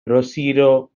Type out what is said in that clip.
rosario